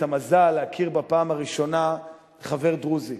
המזל להכיר בפעם הראשונה חבר דרוזי,